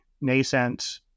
nascent